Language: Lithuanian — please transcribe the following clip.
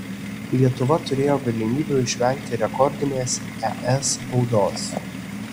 lietuva turėjo galimybių išvengti rekordinės es baudos